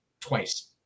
twice